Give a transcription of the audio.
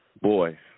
boy